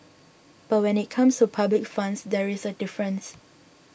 but when it comes to public funds there is a difference